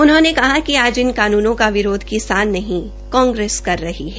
उन्होंने कहा कि आज इन कानूनों का विरोध किसान नहीं कांगेस कर रही है